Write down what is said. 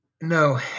no